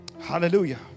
hallelujah